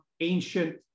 ancient